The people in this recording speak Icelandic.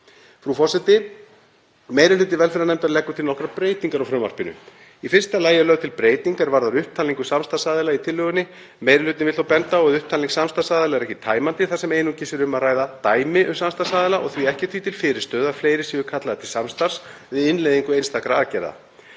Frú forseti. Meiri hluti velferðarnefndar leggur til nokkrar breytingar á frumvarpinu. Í fyrsta lagi er lögð til breyting er varðar upptalningu samstarfsaðila í tillögunni. Meiri hlutinn vill þó benda á að upptalning samstarfsaðila er ekki tæmandi þar sem einungis er um að ræða dæmi um samstarfsaðila og því ekkert því til fyrirstöðu að fleiri séu kallaðir til samstarfs við innleiðingu einstakra aðgerða.